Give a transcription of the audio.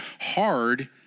Hard